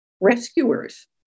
Rescuers